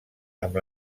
amb